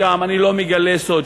אני לא מגלה סוד,